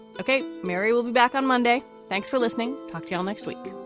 okay, mary, we'll be back on monday. thanks for listening. talk to you um next week